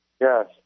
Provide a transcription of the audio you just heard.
Yes